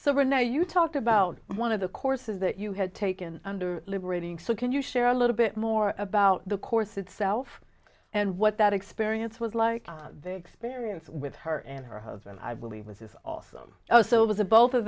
right now you talked about one of the courses that you had taken under liberating so can you share a little bit more about the course itself and what that experience was like their experience with her and her husband i believe with his awesome oh so with the both of